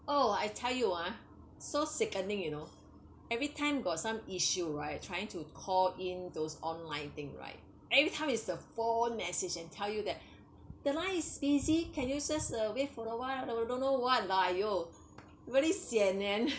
oh I tell you ah so sickening you know everytime got some issue right trying to call in those online thing right every time is the phone message and tell you that the line is busy can you just uh wait for awhile we don't know what lah !aiyo! very sian eh